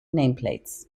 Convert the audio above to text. nameplates